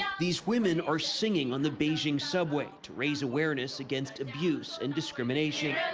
these women are singing on the beijing subway to raise awareness against abuse and discrimination.